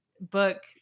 book